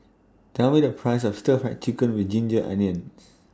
Tell Me The Price of Stir Fried Chicken with Ginger Onions